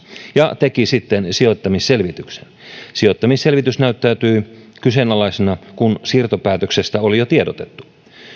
ja teki sitten sijoittamisselvityksen sijoittamisselvitys näyttäytyy kyseenalaisena kun siirtopäätöksestä oli jo tiedotettu